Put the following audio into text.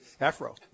Afro